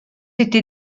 été